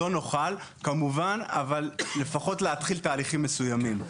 אבל לפחות תהליכים מסוימים.